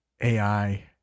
AI